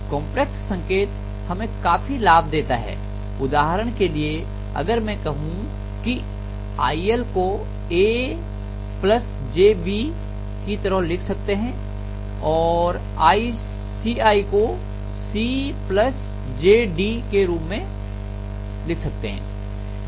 complex संकेत हमें काफी लाभ देता है उदाहरण के लिए अगर मैं कहती हूं कि iL को a jb की तरह लिख सकते हैं और iCi को c jd के रूप में